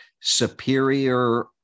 superior